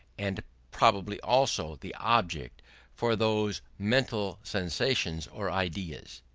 and probably also the object for those mental sensations or ideas.